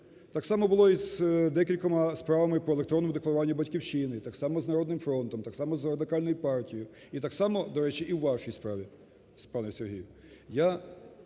Так само було і з декількома справами по електронному декларуванню "Батьківщини", так само з "Народним фронтом", так само з Радикальною партією і так само, до речі, і у вашій справі, пане Сергію.